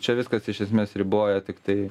čia viskas iš esmės riboja tiktai